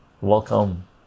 welcome